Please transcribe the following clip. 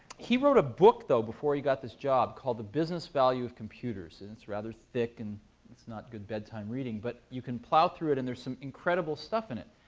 he wrote a book, though, before he got this job called the business value of computers. it's rather thick, and it's not good bedtime reading. but you can plow through it, and there's some incredible stuff in it.